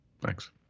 Thanks